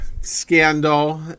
scandal